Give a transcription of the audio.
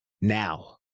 now